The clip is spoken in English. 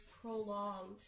prolonged